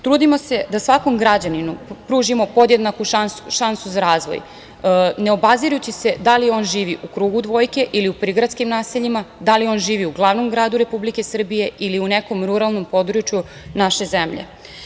Trudimo se da svakom građaninu pružimo podjednaku šansu za razvoj, ne obazirući se da li on živi u krugu dvojke ili u prigradskim naseljima, da li on živi u glavnom gradu Republike Srbije ili u nekom ruralnom području naše zemlje.